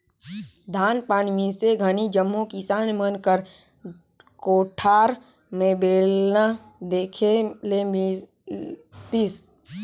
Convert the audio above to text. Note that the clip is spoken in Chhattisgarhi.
धान पान मिसे घनी जम्मो किसान मन कर कोठार मे बेलना देखे ले मिलतिस